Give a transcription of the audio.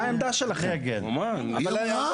נגד.